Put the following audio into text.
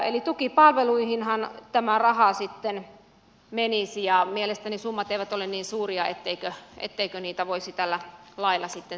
eli tukipalveluihinhan tämä raha menisi ja mielestäni summat eivät ole niin suuria etteikö niitä voisi tällä lailla säätää